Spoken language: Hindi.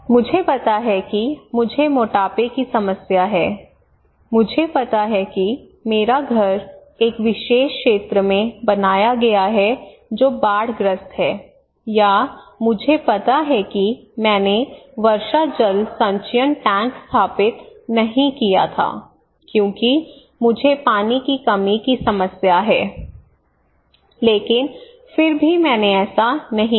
मुझे पता है कि मुझे मोटापे की समस्या है मुझे पता है कि मेरा घर एक विशेष क्षेत्र में बनाया गया है जो बाढ़ ग्रस्त है या मुझे पता है कि मैंने वर्षा जल संचयन टैंक स्थापित नहीं किया था क्योंकि मुझे पानी की कमी की समस्या है लेकिन फिर भी मैंने ऐसा नहीं किया